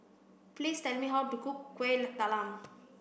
please tell me how to cook Kueh Talam